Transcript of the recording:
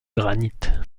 granite